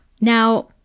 Now